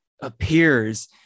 appears